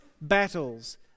battles